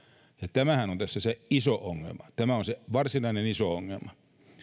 tämähän on tässä se iso ongelma tämä on se varsinainen iso ongelma